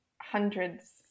hundreds